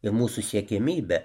ir mūsų siekiamybė